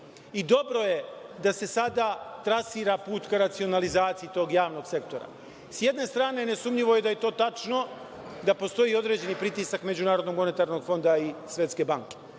Dobro je da se sada trasira put ka racionalizaciji tog javnog sektora. S jedne strane, nesumnjivo je da je to tačno da postoji određeni pritisak MMF i Svetske banke.S